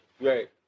Right